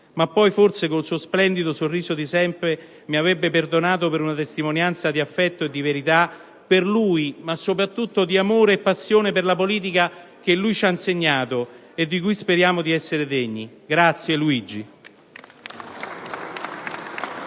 ma poi, forse, con il suo splendido sorriso di sempre, mi avrebbe perdonato per la testimonianza di affetto e di verità per lui, ma soprattutto di amore e passione per la politica, che egli ci ha insegnato e di cui speriamo di essere degni. Grazie, Luigi!